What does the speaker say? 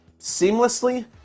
seamlessly